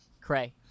cray